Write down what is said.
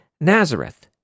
Nazareth